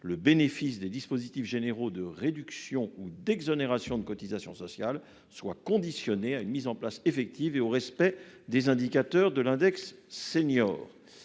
le bénéfice des dispositifs généraux de réduction ou d'exonération de cotisations sociales soit conditionné à une mise en place effective et au respect des indicateurs de l'index senior.